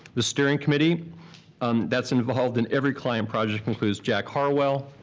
the steering committee um that's involved in every client project includes jack harwell,